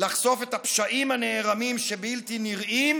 לחשוף את הפשעים הנערמים, שהם בלתי נראים,